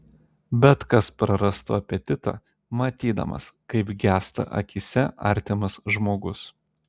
bet kas prarastų apetitą matydamas kaip gęsta akyse artimas žmogus